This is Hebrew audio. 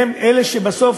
הם אלה שבסוף